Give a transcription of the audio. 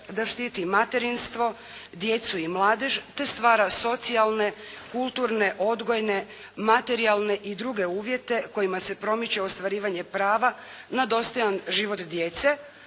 da štiti materinstvo, djecu i mladež te stvara socijalne, kulturne, odgojne, materijalne i druge uvjete kojima se promiče ostvarivanje prava na dostojan život djece